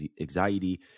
anxiety